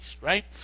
Right